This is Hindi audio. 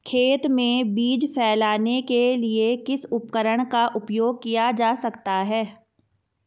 खेत में बीज फैलाने के लिए किस उपकरण का उपयोग किया जा सकता है?